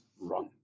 Run